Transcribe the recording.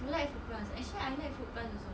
you like Fruit Plus actually I like Fruit Plus also